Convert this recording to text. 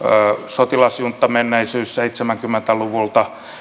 sotilasjunttamenneisyys seitsemänkymmentä luvulta